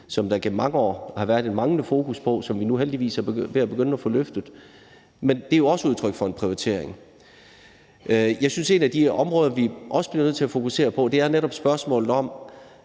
som der igennem mange år har været et manglende fokus på, men som vi nu heldigvis er ved at begynde at få løftet. Så det er jo også udtryk for en prioritering. Jeg synes, at et af de områder, vi også bliver nødt til at fokusere på, netop er spørgsmålet om,